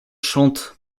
chante